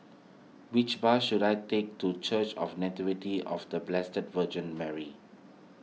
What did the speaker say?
which bus should I take to Church of Nativity of the Blessed Virgin Mary